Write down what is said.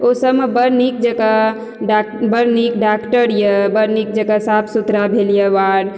ओ सबमे बड नीक जकाँ डाक बड नीक डॉक्टर यऽ बड नीक जकाँ साफ सुथरा भेल यऽ वार्ड